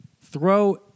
throw